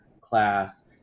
class